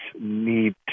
need